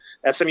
SMU